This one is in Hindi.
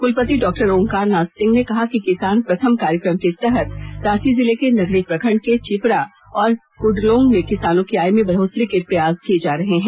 कुलपति डा ओंकार नाथ सिंह ने कहा कि किसान प्रथम कार्यक्रम के तहत रांची जिले के नगड़ी प्रखंड के चिपरा और कुडलोंग में किसानों की आय में बढ़ोतरी के प्रयास किए जा रहे हैं